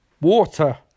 water